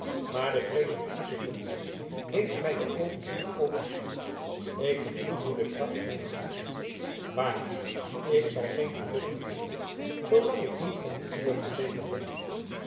maar de vrees om u te verliezen heeft mij de oogen doen opengaan ik gevoel nu de kracht mijner liefde waarlijk ik zal geen geluk meer hebben zoolang ik niet van de uwe verzekerd ben